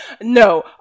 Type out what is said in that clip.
no